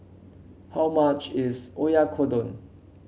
how much is Oyakodon